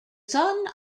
son